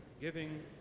giving